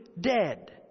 dead